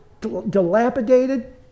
dilapidated